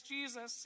Jesus